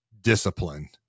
discipline